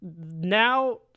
Now